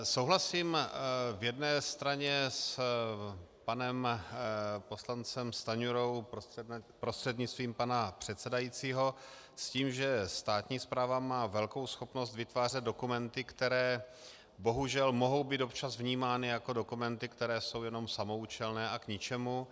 Souhlasím v jedné straně s panem poslancem Stanjurou, prostřednictvím pana předsedajícího, s tím, že státní správa má velkou schopnost vytvářet dokumenty, které bohužel mohou být občas vnímány jako dokumenty, které jsou jenom samoúčelné a k ničemu.